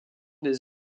des